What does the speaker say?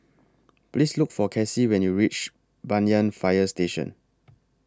Please Look For Cassie when YOU REACH Banyan Fire Station